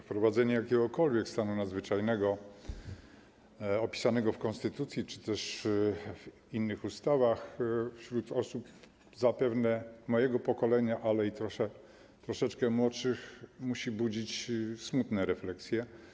Wprowadzenie jakiegokolwiek stanu nadzwyczajnego opisanego w konstytucji czy też w innych ustawach wśród osób zapewne mojego pokolenia, ale i troszeczkę młodszych, musi budzić smutne refleksje.